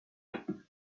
ans